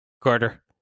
Carter